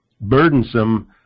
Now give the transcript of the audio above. burdensome